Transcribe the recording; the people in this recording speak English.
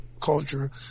culture